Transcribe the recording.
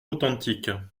authentique